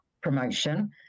promotion